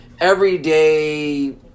everyday